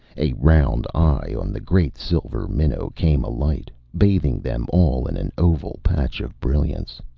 a round eye on the great silver minnow came alight, bathing them all in an oval patch of brilliance.